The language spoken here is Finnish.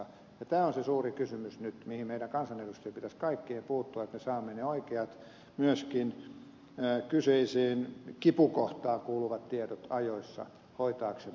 tämä on se suuri kysymys nyt mihin meidän kansanedustajien pitäisi kaikkien puuttua että me saamme ne oikeat myöskin kyseiseen kipukohtaan kuuluvat tiedot ajoissa hoitaaksemme